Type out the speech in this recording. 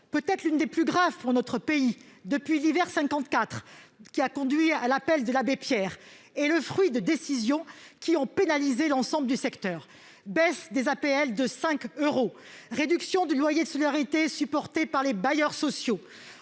peut-être l'une des plus graves pour notre pays depuis l'hiver 54 ans, qui a conduit à l'appel de l'abbé Pierre est le fruit de décisions qui ont pénalisé l'ensemble du secteur baisse des APL de 5 euros réduction du loyer de solidarité supporté par les bailleurs sociaux,